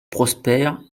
prospèrent